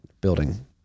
building